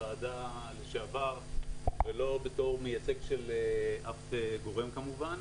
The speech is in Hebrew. הוועדה לשעבר ולא בתור מייצג של אף גורם כמובן.